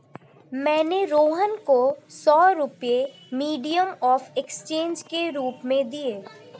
मैंने रोहन को सौ रुपए मीडियम ऑफ़ एक्सचेंज के रूप में दिए